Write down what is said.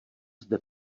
zde